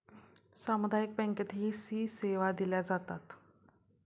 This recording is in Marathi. सामुदायिक बँकेतही सी सेवा दिल्या जातात